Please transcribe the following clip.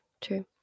true